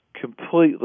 completely